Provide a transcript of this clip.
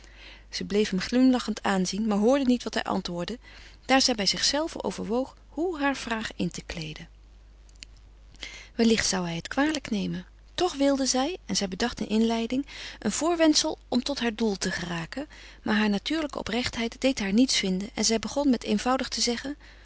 zij bleef hem glimlachend aanzien maar hoorde niet wat hij antwoordde daar zij bij zichzelve overwoog hoe haar vraag in te kleeden wellicht zou hij het kwalijk nemen toch wilde zij en zij bedacht een inleiding een voorwendsel om tot haar doel te geraken maar haar natuurlijke oprechtheid deed haar niets vinden en zij begon met eenvoudig te zeggen